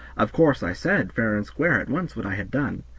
of course i said fair and square at once what i had done,